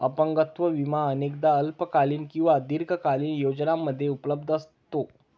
अपंगत्व विमा अनेकदा अल्पकालीन आणि दीर्घकालीन योजनांमध्ये उपलब्ध असतो